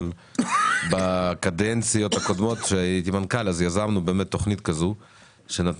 אבל בקדנציות הקודמות שהייתי מנכ"ל אז יזמנו באמת תכנית כזו שנתנה